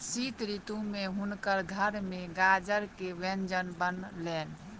शीत ऋतू में हुनकर घर में गाजर के व्यंजन बनलैन